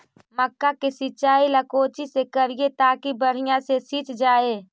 मक्का के सिंचाई ला कोची से करिए ताकी बढ़िया से सींच जाय?